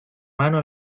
mano